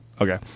Okay